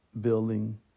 building